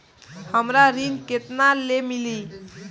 हमरा ऋण केतना ले मिली?